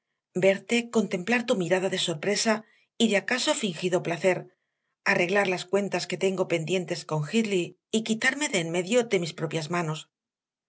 verte contemplar tu mirada de sorpresa y de acaso fingido placer arreglar las cuentas que tengo pendientes con hindley y quitarme de en medio por mis propias manos